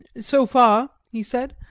so far, he said,